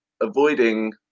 avoiding